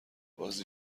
بازی